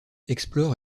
explore